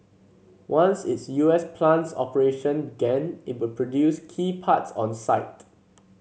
once its U S plant's operation began it would produce key parts on site